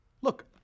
Look